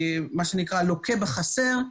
מה שנקרא לוקה בחסר,